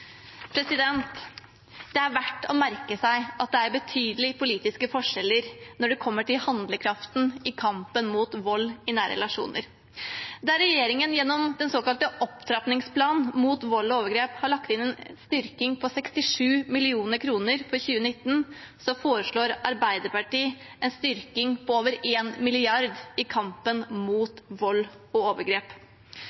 Det er verdt å merke seg at det er betydelige politiske forskjeller når det gjelder handlekraften i kampen mot vold i nære relasjoner. Der regjeringen gjennom den såkalte opptrappingsplanen mot vold og overgrep har lagt inn en styrking på 67 mill. kr for 2019, foreslår Arbeiderpartiet en styrking på over 1 mrd. kr i kampen